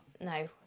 no